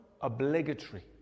obligatory